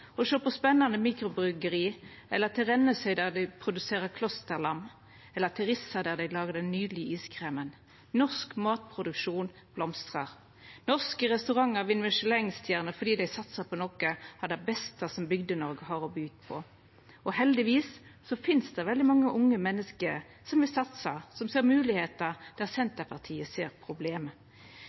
sjå på spennande mikrobryggeri, eller til Rennesøy der dei produserer Klosterlam, eller til Rissa der dei lagar den nydelege iskremen. Norsk matproduksjon blomstrar. Norske restaurantar vinn Michelin-stjerner fordi dei satsar på noko av det beste Bygde-Noreg har å by på. Heldigvis finst det veldig mange unge menneske som vil satsa, som ser moglegheiter der Senterpartiet ser problem.